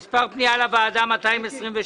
) מספר פנייה לוועדה 227,